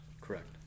correct